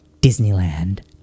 Disneyland